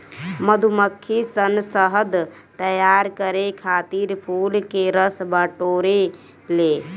मधुमक्खी सन शहद तैयार करे खातिर फूल के रस बटोरे ले